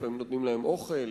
לפעמים נותנים להם אוכל,